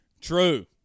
True